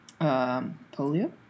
Polio